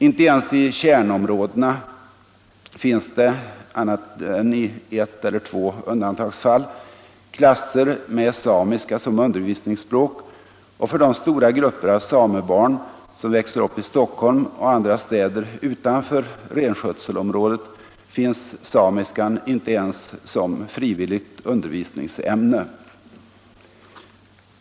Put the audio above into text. Inte ens i kärnområdena finns det — annat än i ett eller två undantagsfall — klasser med samiska som undervisningsspråk, och för de stora grupper av samebarn som växer upp i Stockholm och andra städer utanför renskötselområdet finns samiska inte ens som frivilligt undervisningsämne.